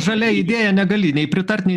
žalia idėja negali nei pritart nei